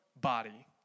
body